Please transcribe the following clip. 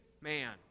man